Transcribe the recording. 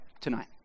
tonight